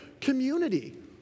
community